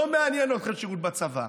לא מעניין אתכם השירות בצבא,